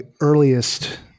earliest